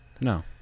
No